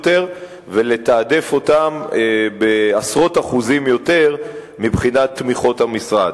ולתעדף אותם בעשרות אחוזים מבחינת תמיכות המשרד.